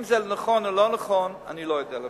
אם זה נכון או לא נכון, אני עצמי לא יודע.